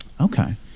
Okay